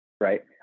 right